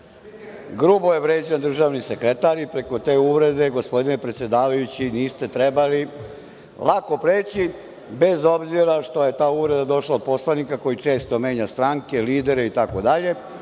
grubo je vređan državni sekretar, i preko te uvrede gospodine predsedavajući niste trebali lako preći, bez obzira što je ta uvreda došla od poslanika koji često menja stranke, lidere itd.